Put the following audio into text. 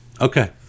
Okay